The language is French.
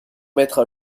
mettre